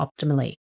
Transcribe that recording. optimally